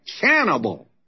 cannibal